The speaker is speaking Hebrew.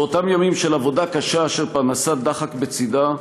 באותם ימים של עבודה קשה אשר פרנסת דחק בצדה,